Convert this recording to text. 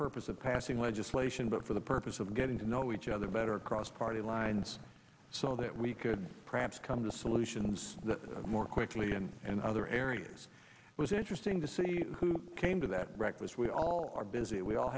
purpose of passing legislation but for the purpose of getting to know each other better across party lines so that we could perhaps come to solutions more quickly and in other areas it was interesting to see who came to that wreck was we all are busy we all